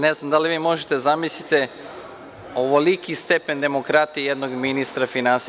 Ne znam da li vi možete da zamislite ovoliki stepen demokratije jednog ministra finansija.